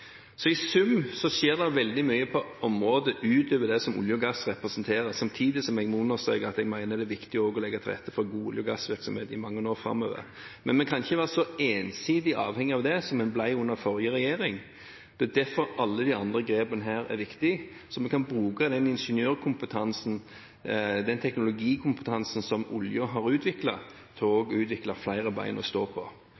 Så i sum skjer det veldig mye på områder utover det olje og gass representerer, samtidig som jeg må understreke at jeg mener det er viktig også å legge til rette for god olje- og gassvirksomhet i mange år framover. Men vi kan ikke være så ensidig avhengig av det som en ble under forrige regjering. Det er derfor alle de andre grepene her er viktige, så vi kan bruke ingeniørkompetansen og teknologikompetansen oljen har